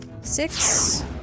six